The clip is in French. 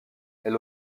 elle